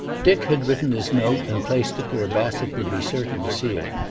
dick had written his note, and placed it where bassett would be certain to see it.